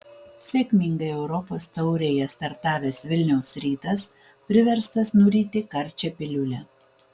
sėkmingai europos taurėje startavęs vilniaus rytas priverstas nuryti karčią piliulę